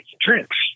drinks